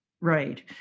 Right